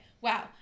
wow